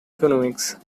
economics